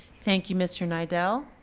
thank you, mr. nidel.